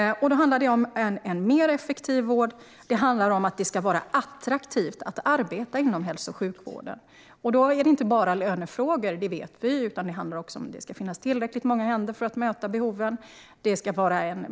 Det handlar om en mer effektiv vård och om att det ska vara attraktivt att arbeta inom hälso och sjukvården. Vi vet att det inte bara handlar om lönefrågor utan också om att det ska finnas tillräckligt många händer för att möta behoven.